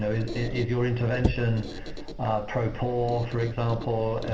so is your intervention pro poor, for example?